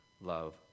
love